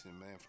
man